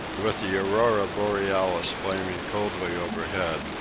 with the aurora borealis flaming coldly overhead,